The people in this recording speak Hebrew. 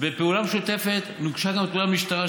בפעולה משותפת הוגשה גם תלונה במשטרה,